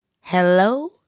Hello